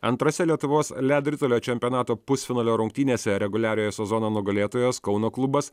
antrose lietuvos ledo ritulio čempionato pusfinalio rungtynėse reguliariojo sezono nugalėtojas kauno klubas